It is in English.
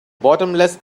bottomless